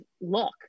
look